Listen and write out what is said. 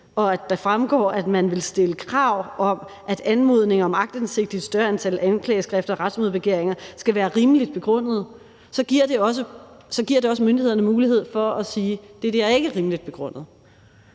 at det fremgår, at man vil stille krav om, at anmodninger om aktindsigt i et større antal anklageskrifter og retsmødebegæringer skal være rimeligt begrundede, så giver det også myndighederne mulighed for at sige, at noget ikke er rimeligt begrundet.